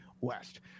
West